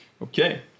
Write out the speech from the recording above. Okay